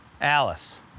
Alice